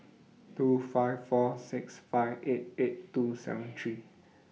two five four six five eight eight two seven three